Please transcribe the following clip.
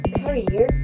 career